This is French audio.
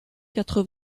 quatre